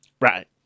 Right